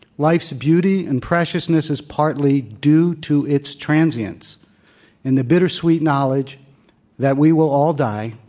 life's beauty and preciousness is partly due to its transience and the bittersweet knowledge that we will all die,